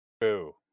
Boo